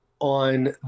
on